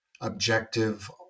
objective